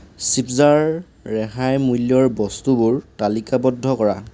চিপ্জাৰ ৰেহাই মূল্যৰ বস্তুবোৰ তালিকাবদ্ধ কৰা